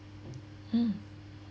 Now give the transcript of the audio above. mm